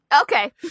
Okay